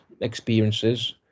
experiences